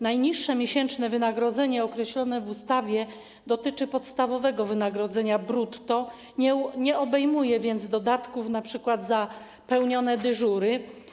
Najniższe miesięczne wynagrodzenie określone w ustawie dotyczy podstawowego wynagrodzenia brutto, nie obejmuje więc dodatków, np. za pełnione dyżury.